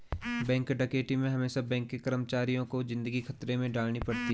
bank डकैती में हमेसा बैंक के कर्मचारियों को जिंदगी खतरे में डालनी पड़ती है